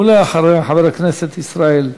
ואחריה, חבר הכנסת ישראל אייכלר.